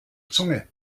zunge